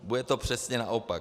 Bude to přesně naopak.